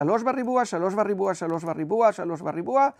שלוש בריבוע, שלוש בריבוע, שלוש בריבוע, שלוש בריבוע.